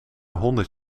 honderd